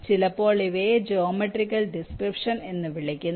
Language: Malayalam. ചിലപ്പോൾ ഇവയെ ജോമെട്രിക് ഡിസ്ക്രിപ്ഷൻ എന്ന് വിളിക്കുന്നു